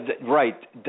right